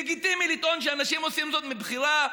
לגיטימי לטעון שאנשים עושים זאת מבחירה.